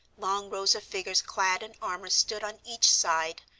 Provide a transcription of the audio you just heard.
long rows of figures clad in armor stood on each side,